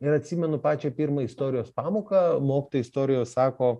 ir atsimenu pačią pirmą istorijos pamoką mokytoja istorijos sako